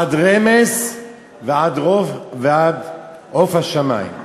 עד רמש ועד עוף השמים,